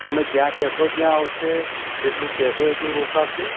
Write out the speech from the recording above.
તમે જ્યાં કેશો ત્યાં આવશે જેટલું કહેશો એટલું રોકાશે